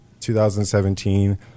2017